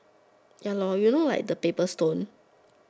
ya lor you know like the paper stone